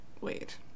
Wait